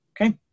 Okay